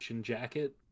jacket